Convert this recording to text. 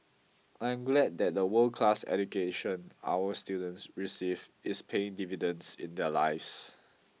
I am glad that the world class education our students receive is paying dividends in their lives